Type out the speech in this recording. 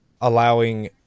allowing